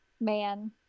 Man